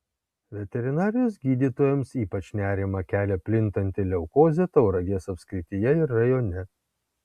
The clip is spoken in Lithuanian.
veterinarijos gydytojams ypač nerimą kelia plintanti leukozė tauragės apskrityje ir rajone